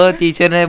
teacher